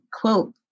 quote